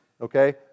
okay